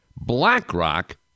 BlackRock